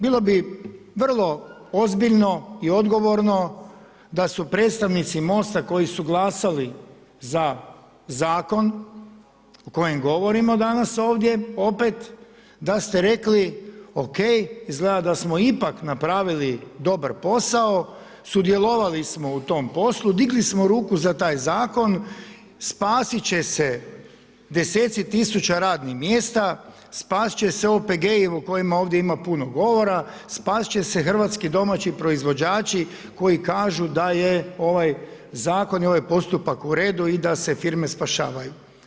Bilo bi vrlo ozbiljno i odgovorno da su predstavnici MOST-a koji su glasali za zakon o kojem govorimo danas ovdje opet, da ste rekli ok, izgleda da smo ipak napravili dobar posao, sudjelovali smo u tom poslu, digli smo ruku za taj zakon, spasit će se deseci tisuća radnih mjesta, spasit će se OPG-i o kojima ovdje ima puno govora, spasit će se hrvatski domaći proizvođači koji kažu da je ovaj zakon i postupak u redu i da se firme spašavaju.